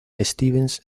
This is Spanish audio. stevens